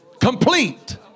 Complete